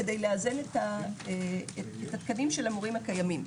כדי לאזן את התקנים של המורים הקיימים.